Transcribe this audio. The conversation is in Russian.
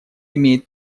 имеет